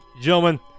gentlemen